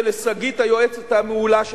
ולשגית היועצת המעולה שלך,